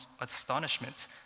astonishment